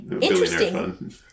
interesting